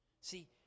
See